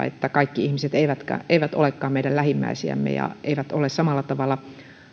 että kaikki ihmiset eivät olekaan meidän lähimmäisiämme ja eivät ole samalla tavalla